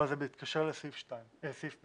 אבל זה בהתקשר לסעיף (ב).